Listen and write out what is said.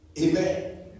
Amen